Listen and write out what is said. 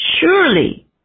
Surely